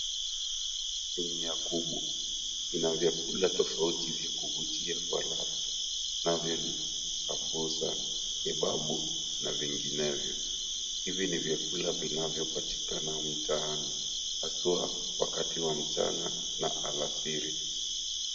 Sinia kubwa, ina vyakula tofauti vya kuvutia kwa ladha navyo ni; sambusa, kebabu na vinginevyo. Hivi ni vyakula vinavyopatikana mtaani, haswa wakati wa mchana na alasiri.